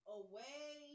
away